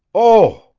oh!